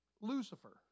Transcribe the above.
Lucifer